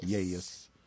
Yes